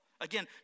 Again